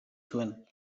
zuen